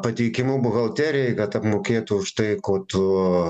pateikimu buhalterijai kad apmokėtų už tai ko tu